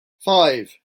five